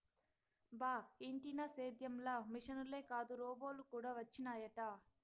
బా ఇంటినా సేద్యం ల మిశనులే కాదు రోబోలు కూడా వచ్చినయట